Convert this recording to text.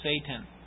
Satan